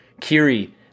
Kiri